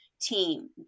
team